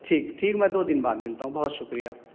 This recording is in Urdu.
ٹھیک ٹھیک میں دو دن بعد ملتا ہوں بہت شکریہ